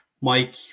Mike